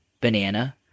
banana